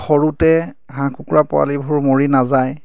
সৰুতে হাঁহ কুকুৰা পোৱালিবোৰ মৰি নাযায়